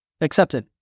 accepted